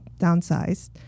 downsized